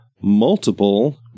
multiple